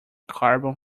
carbon